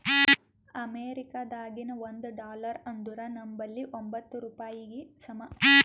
ಅಮೇರಿಕಾದಾಗಿನ ಒಂದ್ ಡಾಲರ್ ಅಂದುರ್ ನಂಬಲ್ಲಿ ಎಂಬತ್ತ್ ರೂಪಾಯಿಗಿ ಸಮ